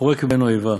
פורק ממנו איבה